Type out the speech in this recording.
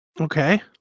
Okay